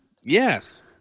Yes